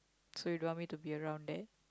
so you don't want me to be around there